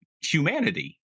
humanity